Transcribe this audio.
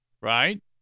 right